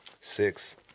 six